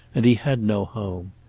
and he had no home.